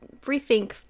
rethink